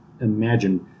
imagine